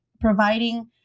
providing